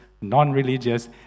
non-religious